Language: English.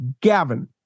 Gavin